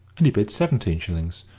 and he bid seventeen shillings.